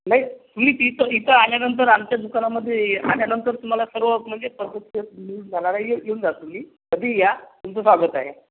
नाही मी तिथं इथं आल्यानंतर आमच्या दुकानामध्ये आल्यानंतर तुम्हाला सर्व म्हणजे मिळून जाणार आहे येऊन जा तुम्ही कधीही या तुमचं स्वागत आहे